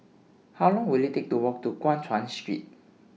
How Long Will IT Take to Walk to Guan Chuan Street